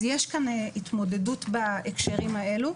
אז יש כאן התמודדות בהקשרים האלה.